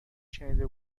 شنیده